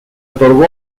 otorgó